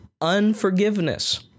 unforgiveness